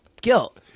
guilt